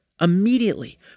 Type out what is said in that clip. Immediately